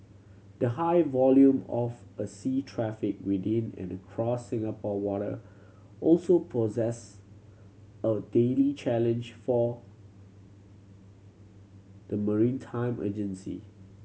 the high volume of a sea traffic within and across Singapore water also process a daily challenge for the maritime agency